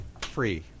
free